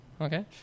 Okay